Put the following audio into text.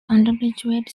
undergraduate